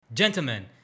Gentlemen